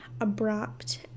abrupt